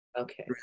okay